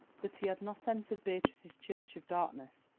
but he had not entered beatrice's church of darkness,